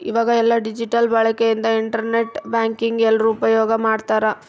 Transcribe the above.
ಈವಾಗ ಎಲ್ಲ ಡಿಜಿಟಲ್ ಬಳಕೆ ಇಂದ ಇಂಟರ್ ನೆಟ್ ಬ್ಯಾಂಕಿಂಗ್ ಎಲ್ರೂ ಉಪ್ಯೋಗ್ ಮಾಡ್ತಾರ